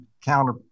counter